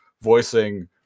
voicing